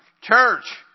Church